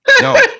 No